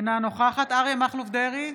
אינה נוכחת אריה מכלוף דרעי,